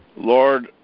Lord